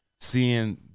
seeing